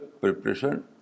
preparation